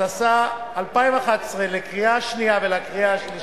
התשע"א 2011, קריאה שנייה וקריאה שלישית.